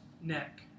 neck